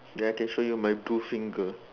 then I can show you my blue finger